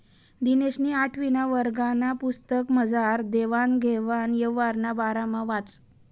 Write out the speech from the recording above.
दिनेशनी आठवीना वर्गना पुस्तकमझार देवान घेवान यवहारना बारामा वाचं